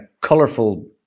colorful